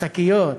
השקיות.